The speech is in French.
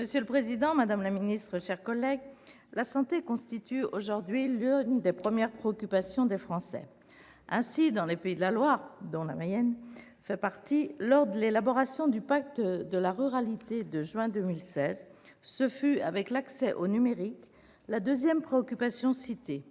Monsieur le président, madame la secrétaire d'État, mes chers collègues, la santé constitue aujourd'hui l'une des premières préoccupations des Français. Ainsi, dans les Pays de la Loire, lors de l'élaboration du pacte « ruralité » de juin 2016, ce fut, avec l'accès au numérique, la deuxième préoccupation citée.